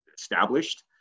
established